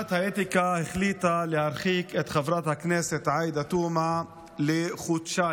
ועדת האתיקה החליטה להרחיק את חברת הכנסת עאידה תומא לחודשיים.